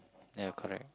ya correct